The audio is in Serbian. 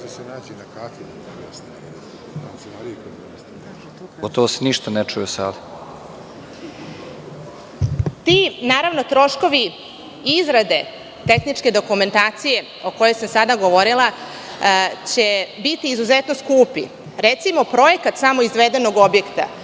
Gotovo se ništa ne čuje u sali. **Milica Radović** Ti troškovi izrade tehničke dokumentacije, o kojoj sam sada govorila, će biti izuzetno skupi. Recimo, projekat samo izvedenog objekta